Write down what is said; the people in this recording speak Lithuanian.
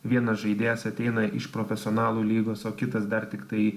vienas žaidėjas ateina iš profesionalų lygos o kitas dar tiktai